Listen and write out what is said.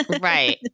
Right